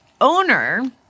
owner